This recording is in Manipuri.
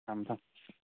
ꯊꯝꯃꯦ ꯊꯝꯃꯦ